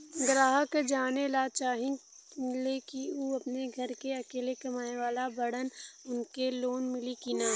ग्राहक जानेला चाहे ले की ऊ अपने घरे के अकेले कमाये वाला बड़न उनका के लोन मिली कि न?